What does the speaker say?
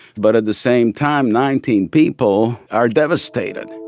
but at the same time, nineteen people are devastated.